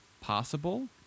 possible